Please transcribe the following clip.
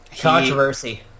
controversy